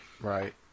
Right